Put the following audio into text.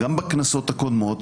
גם בכנסות הקודמות.